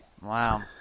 Wow